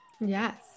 Yes